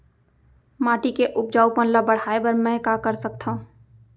माटी के उपजाऊपन ल बढ़ाय बर मैं का कर सकथव?